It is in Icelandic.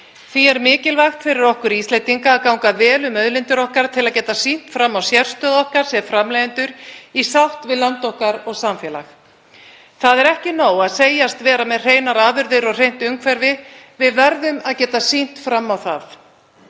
Því er mikilvægt fyrir okkur Íslendinga að ganga vel um auðlindir okkar til að geta sýnt fram á sérstöðu okkar sem framleiðendur í sátt við land okkar og samfélag. Það er ekki nóg að segjast vera með hreinar afurðir og hreint umhverfi. Við verðum að geta sýnt fram á það.